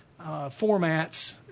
formats